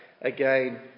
again